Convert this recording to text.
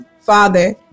father